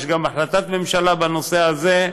יש גם החלטת ממשלה בנושא הזה,